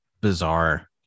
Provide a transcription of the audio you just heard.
bizarre